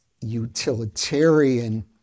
utilitarian